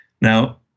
Now